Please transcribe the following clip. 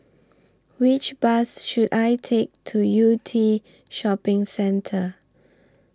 Which Bus should I Take to Yew Tee Shopping Centre